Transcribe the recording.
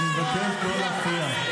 אני מבקש לא להפריע.